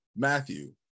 Matthew